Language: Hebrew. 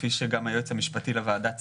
כפי שגם היועץ המשפטי לוועדה ציין,